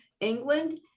England